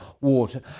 water